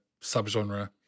subgenre